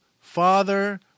father